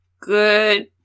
good